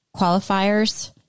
qualifiers